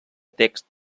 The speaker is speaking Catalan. text